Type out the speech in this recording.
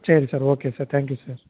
சரி sir okay sir thank you sir